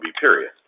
period